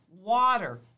water